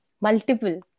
Multiple